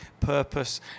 purpose